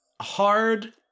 hard